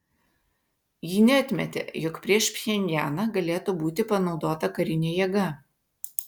ji neatmetė jog prieš pchenjaną galėtų būti panaudota karinė jėga